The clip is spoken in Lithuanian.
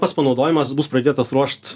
pats panaudojimas bus pradėtas ruošt